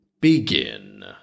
BEGIN